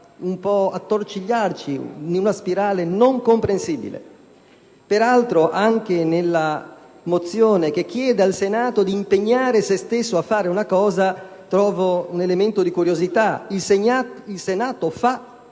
questo attorcigliarsi in una spirale non comprensibile. Peraltro, anche nella mozione che chiede al Senato di impegnare se stesso a fare una cosa, trovo un elemento di perplessità: il Senato fa